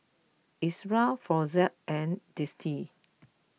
Ezerra Floxia and Dentiste